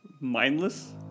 Mindless